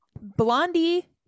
blondie